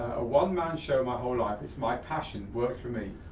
a one-man show my whole life. it's my passion, works for me,